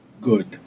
good